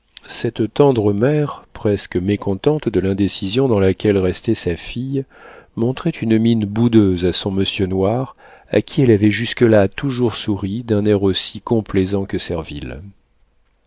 cette tendre mère presque mécontente de l'indécision dans laquelle restait sa fille montrait une mine boudeuse à son monsieur noir à qui elle avait jusque-là toujours souri d'un air aussi complaisant que